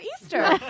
Easter